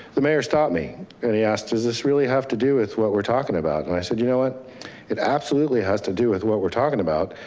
the mayor stopped me and he asked, does this really have to do with what we're talking about? and i said, you know what it absolutely has to do with what we're talking about.